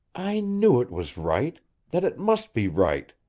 i knew it was right that it must be right.